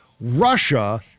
Russia